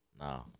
no